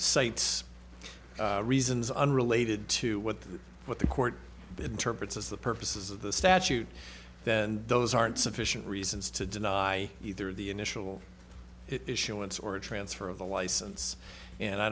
cites reasons unrelated to what the what the court interprets as the purposes of the statute then those aren't sufficient reasons to deny either the initial issuance or a transfer of the license and i